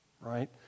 right